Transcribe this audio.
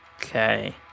Okay